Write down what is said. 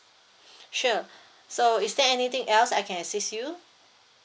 sure so is there anything else I can assist you